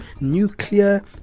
nuclear